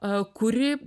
a kuri